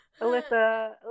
Alyssa